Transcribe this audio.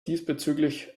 diesbezüglich